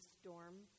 storm